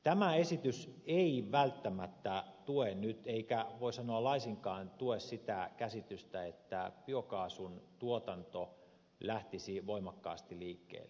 tämä esitys ei välttämättä tue nyt eikä voi sanoa laisinkaan tue sitä käsitystä että biokaasun tuotanto lähtisi voimakkaasti liikkeelle